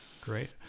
Great